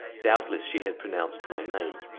doubtless, she had pronounced my name.